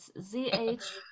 zh